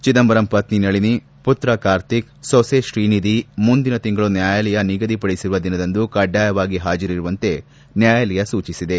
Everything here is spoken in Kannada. ಚಿದಂಬರಂ ಪತ್ನಿ ನಳಿನಿ ಪುತ್ರ ಕಾರ್ತಿಕ್ ಸೊಸೆ ಶ್ರೀನಿಧಿ ಮುಂದಿನ ತಿಂಗಳು ನ್ಹಾಯಾಲಯ ನಿಗಧಿಪಡಿಸಿರುವ ದಿನದಂದು ಕಡ್ಡಾಯವಾಗಿ ಹಾಜರಿರುವಂತೆ ನ್ಹಾಯಾಲಯ ಸೂಚಿಸಿದೆ